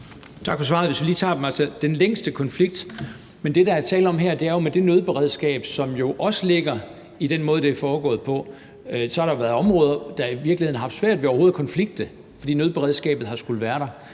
Tak for svaret. Hvis vi lige tager det først med den længste konflikt, så er det, der er tale om her, at med det nødberedskab, som jo også ligger i den måde, det er foregået på, har der været områder, der i virkeligheden har haft svært ved overhovedet at konflikte, fordi nødberedskabet har skullet være der.